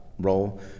role